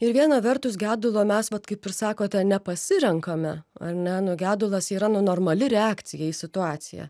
ir viena vertus gedulo mes vat kaip ir sakote nepasirenkame ar ne nu gedulas yra nu normali reakcija į situaciją